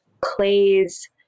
clays